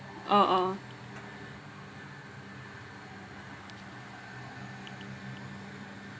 oh oh